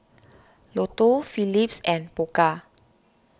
Lotto Phillips and Pokka